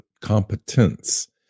competence